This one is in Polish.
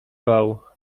bał